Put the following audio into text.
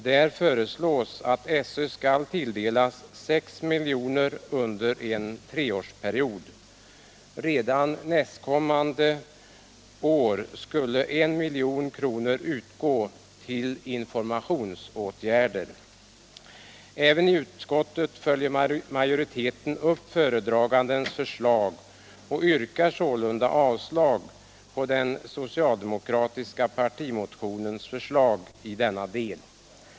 Där 161 tionsinsatser på alkoholområdet I utskottet följer majoriteten upp föredragandens förslag och yrkar sålunda avslag på den socialdemokratiska partimotionen i denna del.